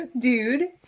Dude